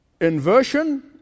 Inversion